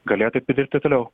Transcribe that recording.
galėjo taip ir dirbti ir toliau